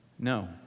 No